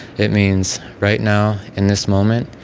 it means right now, in this moment.